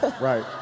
right